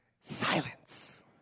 silence